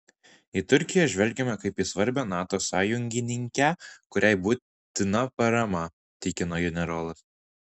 į turkiją žvelgiame kaip į svarbią nato sąjungininkę kuriai būtina parama tikino generolas